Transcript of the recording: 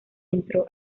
entró